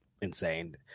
insane